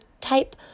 type